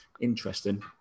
interesting